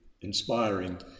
inspiring